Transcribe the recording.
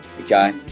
okay